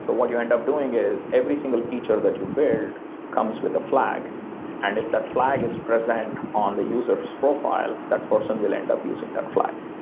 so what you end up doing is every single feature that you paired comes with a flag and if that flag is present on the user s profile, that person will end up using their flag.